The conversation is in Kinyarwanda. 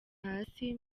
hasi